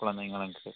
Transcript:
குழந்தைங்களுக்கு